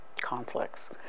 conflicts